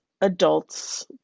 adults